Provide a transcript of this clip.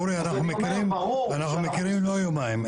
אורי אנחנו מכירים לא יומיים,